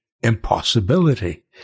impossibility